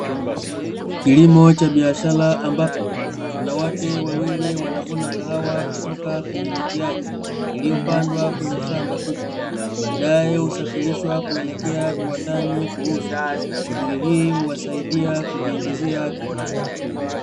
Kilimo cha biashara ambapo, wanawake wawili wanavuna kahawa kutoka kwenye miti yake, iliyopandwa kwenye shamba kubwa. Baadae husafirishwa kuelekea viwandani kuuzwa. Shughuli hii huwasaidia kujiingizia kipato.